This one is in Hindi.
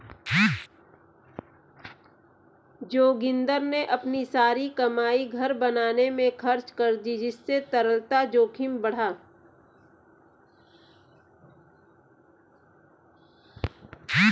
जोगिंदर ने अपनी सारी कमाई घर बनाने में खर्च कर दी जिससे तरलता जोखिम बढ़ा